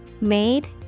Made